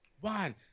One